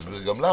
ולכן,